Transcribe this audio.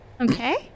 Okay